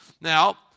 Now